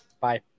Bye